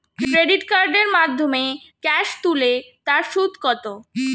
Credit কার্ডের মাধ্যমে cash তুলে তার সুদ কত?